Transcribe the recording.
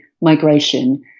migration